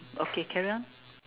okay carry on